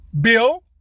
Bill